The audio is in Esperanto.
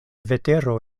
vetero